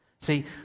See